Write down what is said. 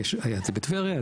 היה את זה בטבריה,